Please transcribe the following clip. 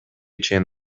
чейин